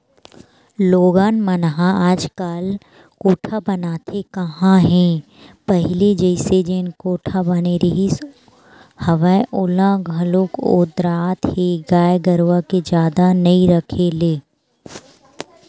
लोगन मन ह आजकल कोठा बनाते काँहा हे पहिली जइसे जेन कोठा बने रिहिस हवय ओला घलोक ओदरात हे गाय गरुवा के जादा नइ रखे ले